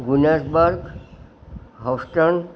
ગુનેસ berg Houston